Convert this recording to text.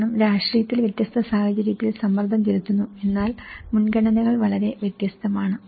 കാരണം രാഷ്ട്രീയത്തിൽ വ്യത്യസ്ത സാഹചര്യത്തിൽ സമ്മർദം ചെലുത്തുന്നു എന്നാൽ മുൻഗണനകൾ വളരെ വ്യത്യസ്തമാണ്